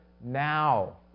now